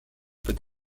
peut